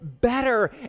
better